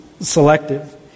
selective